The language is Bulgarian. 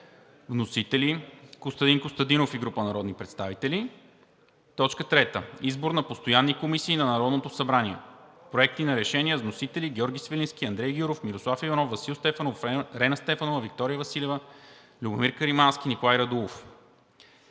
Вносители – Костадин Костадинов и група народни представители. 3. Избор на постоянни комисии на Народното събрание. Проекти на решения с вносители Георги Свиленски, Андрей Гюров, Мирослав Иванов, Васил Стефанов, Рена Стефанова, Виктория Василева, Любомир Каримански, Николай Радулов.